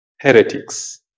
heretics